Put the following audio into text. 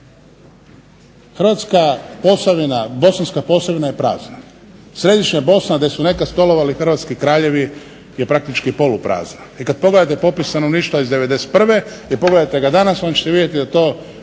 Hrvatska posavina, Bosanska posavina je prazna. Središnja Bosna gdje su nekad stolovali hrvatski kraljevi je praktički poluprazna. I kad pogledate popis stanovništva iz '91. i pogledajte ga danas onda ćete vidjeti da to